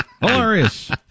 Hilarious